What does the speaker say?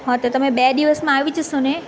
હા તો તમે બે દિવસમાં આવી જશોને